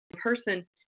person